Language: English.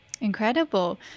Incredible